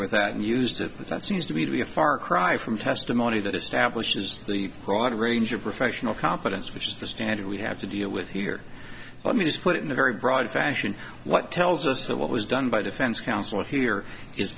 with that and used it as that seems to me to be a far cry from testimony that establishes the broad range of professional competence which is the standard we have to deal with here let me just put it in a very broad fashion what tells us that what was done by defense counsel here is